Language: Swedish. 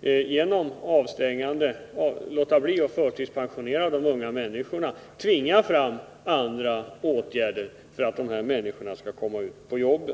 genom att låta bli att förtidspensionera unga människor tvinga fram andra åtgärder för att de skall kunna komma ut på jobben.